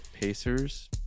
Pacers